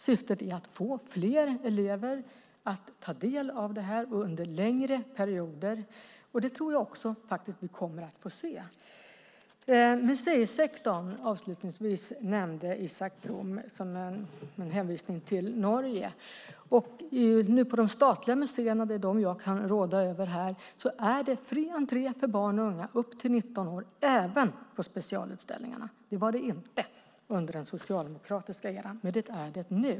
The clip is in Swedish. Syftet är att få fler elever att ta del av detta under längre perioder. Jag tror att vi kommer att få se det. Isak From nämnde museisektorn med hänvisning till Norge. På de statliga museerna, som är de som jag kan råda över, är det fri entré för barn och unga upp till 19 år, även på specialutställningarna. Det var det inte under den socialdemokratiska eran, men det är det nu.